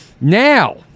Now